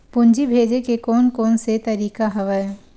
पूंजी भेजे के कोन कोन से तरीका हवय?